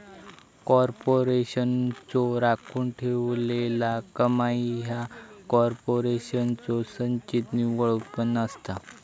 कॉर्पोरेशनचो राखून ठेवलेला कमाई ह्या कॉर्पोरेशनचो संचित निव्वळ उत्पन्न असता